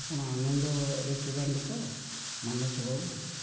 ଆପଣ ଆନନ୍ଦ ରେଷ୍ଟୁରାଣ୍ଟ୍ତ ମାନସ ବାବୁ